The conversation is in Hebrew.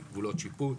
גבולות שיפוט,